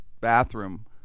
bathroom